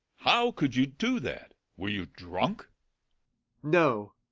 how could you do that? were you drunk no,